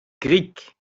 grik